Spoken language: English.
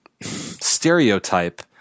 stereotype